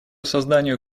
созданию